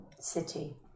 city